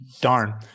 darn